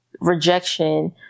rejection